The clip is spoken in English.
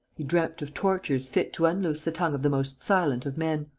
he dreamt of tortures fit to unloose the tongue of the most silent of men.